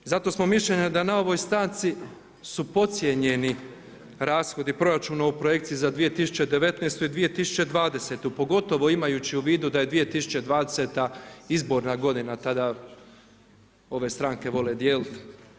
Zato smo mišljenja da na ovoj stavci su podcijenjeni rashodi proračuna u projekciji za 2019. i 2020. pogotovo imajući u vidu da je 2020. izborna godina tada ove stranke vole dijeliti.